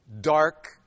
dark